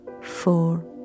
four